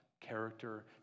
character